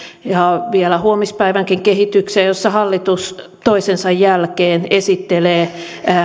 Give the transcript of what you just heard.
ja vielä huomispäivänkin kehitykseen jossa hallitus toisensa jälkeen esittelee